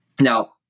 Now